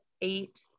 eight